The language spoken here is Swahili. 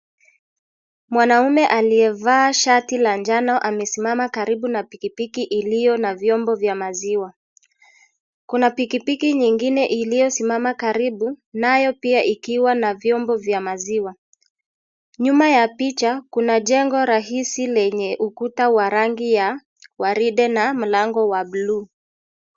Mwanaume aliyevaa shati la njano amesimama karibu na pikipiki iliyo na vyombo vya maziwa. Kuna pikipiki nyingine iliyosimama karibu nayo pia ikiwa na vyombo vya maziwa. Nyuma ya picha kuna jengo rahisi lenye ukuta wa rangi ya waridi na mlango wa blue .